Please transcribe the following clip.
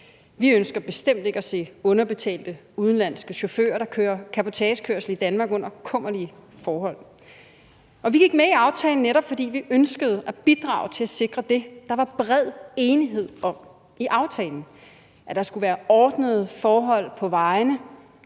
Vi ønsker bestemt ikke at se underbetalte udenlandske chauffører, der kører cabotagekørsel i Danmark under kummerlige forhold. Vi gik med i aftalen, netop fordi vi ønskede at bidrage til at sikre det. Der var bred enighed om i aftalen, at der skulle være ordnede forhold på vejene,